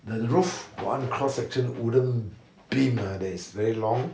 the roof one cross section wooden beam ah that's very long